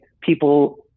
people